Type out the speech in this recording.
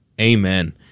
Amen